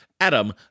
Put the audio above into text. adam